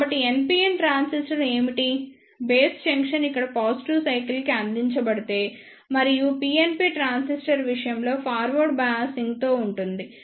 కాబట్టిNPN transistor emitter base junction ఇక్కడ positive cycle అందించబడితే మరియు PNP ట్రాన్సిస్టర్ విషయంలో ఫార్వర్డ్ బయాసింగ్ తో ఉంటుంది